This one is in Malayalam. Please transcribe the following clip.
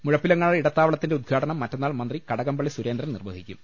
മുഴപ്പിലങ്ങാട് ഇടത്താവളത്തിന്റെ ഉദ്ഘാടനം മറ്റന്നാൾ മന്ത്രി കടകംപള്ളി സുരേന്ദ്രൻ നിർവ്വഹിക്കും